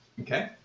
Okay